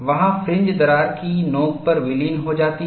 वहां फ्रिंज दरार की नोक पर विलीन हो जाती हैं